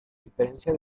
diferencia